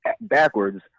backwards